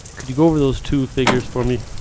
could you go over those two figures for me?